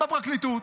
בפרקליטות.